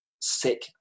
sick